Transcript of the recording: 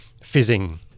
fizzing